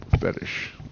fetish